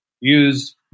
use